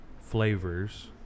flavors